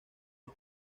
los